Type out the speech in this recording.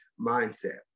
mindset